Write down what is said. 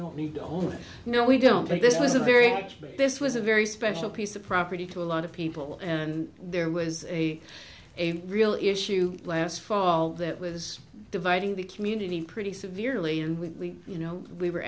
don't need a whole you know we don't think this is a very this was a very special piece of property to a lot of people and there was a real issue last fall that was dividing the community pretty severely and we you know we were